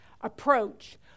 approach